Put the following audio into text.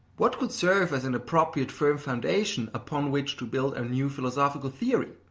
what would serve as an appropriate firm foundation upon which to build a new philosophical theory?